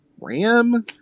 Ram